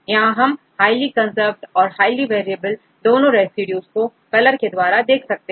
यहां हम highly conserve और हाइली वेरिएबल दोनों रेसिड्यूज को कलर के द्वारा देख सकते हैं